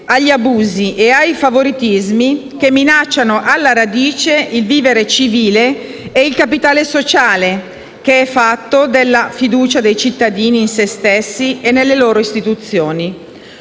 agli abusi e ai favoritismi che minano alla radice il vivere civile e il capitale sociale, che è fatto delle fiducia dei cittadini in se stessi e nelle loro istituzioni.